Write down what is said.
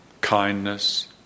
kindness